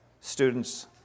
students